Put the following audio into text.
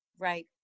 Right